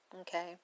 okay